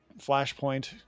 flashpoint